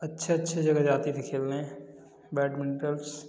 अच्छे अच्छे जगह जाती थी खेलने बैटमिन्टस